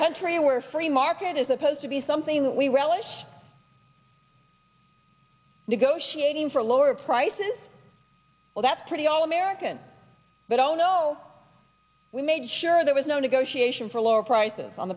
country where free market is supposed to be something we relish negotiating for lower prices well that's pretty all american but oh no we made sure there was no negotiation for lower prices on